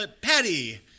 Patty